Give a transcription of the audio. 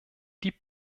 die